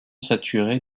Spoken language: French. saturé